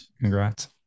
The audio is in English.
Congrats